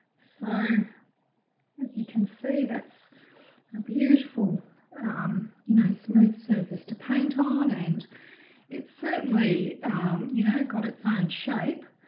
so as you can see that's a beautiful you know smooth surface to paint on and it certainly you know got its own ah and shape